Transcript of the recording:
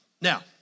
Now